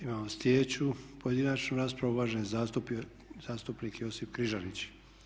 Imamo sljedeću pojedinačnu raspravu, uvaženi zastupnik Josip Križanić.